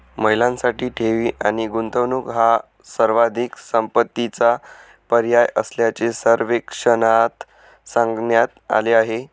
महिलांसाठी ठेवी आणि गुंतवणूक हा सर्वाधिक पसंतीचा पर्याय असल्याचे सर्वेक्षणात सांगण्यात आले आहे